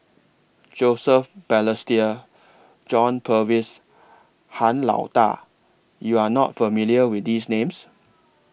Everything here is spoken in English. Joseph Balestier John Purvis Han Lao DA YOU Are not familiar with These Names